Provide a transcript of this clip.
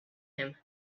him